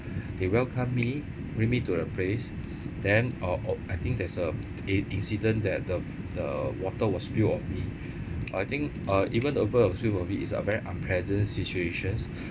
they welcomed me bring me to the place then uh I think there's a i~ incident that the the water was spilled on me I think uh even absolutely it's a very unpleasant situations